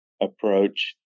approach